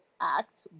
act